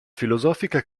filosofica